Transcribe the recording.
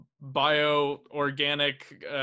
bio-organic